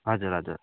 हजुर हजुर